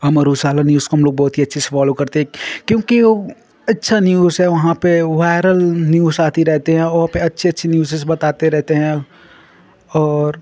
अमर Ujala news को हमलोग बहुत ही अच्छे से फ़ॉलो करते हैं क्योंकि वह अच्छा न्यूज़ है वहाँ पर वह वायरल न्यूज़ आता रहता है और वहाँ पर अच्छे अच्छे न्यूजेज़ बताते रहते हैं और